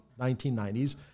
1990s